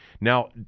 Now